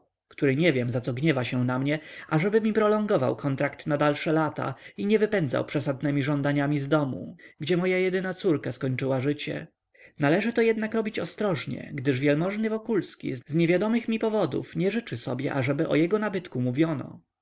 który nie wiem za co gniewa się na mnie ażeby mi prolongował kontrakt na dalsze lata i nie wypędzał przesadnemi żądaniami z domu gdzie moja jedyna córka skończyła życie należy to jednak robić ostrożnie gdyż w-ny wokulski z niewiadomych mi powodów nie życzy sobie ażeby o jego nabytku mówiono